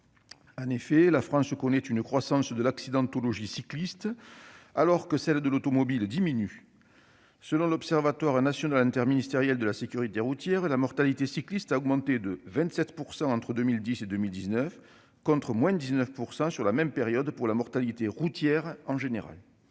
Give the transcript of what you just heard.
De fait, la France connaît une croissance de l'accidentologie cycliste, alors que celle de l'automobile diminue. Selon l'Observatoire national interministériel de la sécurité routière, la mortalité cycliste a augmenté de 27 % entre 2010 et 2019, contre une diminution de la mortalité routière en général